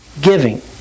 giving